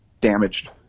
damaged